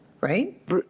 right